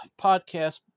podcast